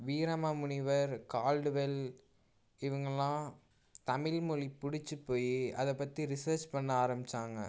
Veeramamunivar Caldwell இவங்களாம் தமிழ் மொழி பிடிச்சி போய் அதை பற்றி ரிசர்ச் பண்ண ஆரம்மிச்சாங்க